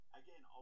again